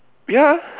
ya